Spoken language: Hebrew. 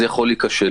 זה יכול להיכשל.